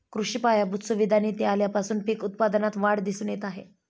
कृषी पायाभूत सुविधा निधी आल्यापासून पीक उत्पादनात वाढ दिसून येत आहे